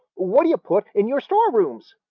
what do you put in your storerooms?